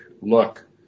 look